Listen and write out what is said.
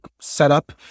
setup